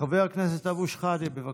חבר הכנסת אבו שחאדה, בבקשה.